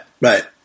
right